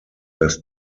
das